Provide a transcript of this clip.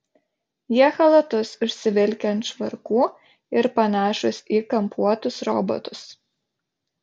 jie chalatus užsivilkę ant švarkų ir panašūs į kampuotus robotus